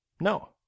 No